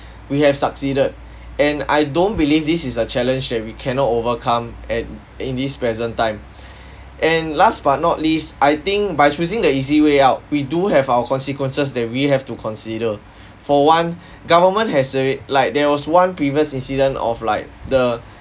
we have succeeded and I don't believe this is a challenge that we cannot overcome at in this present time and last but not least I think by choosing the easy way out we do have our consequences that we have to consider for one government has a like there was one previous incident of like the